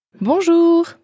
Bonjour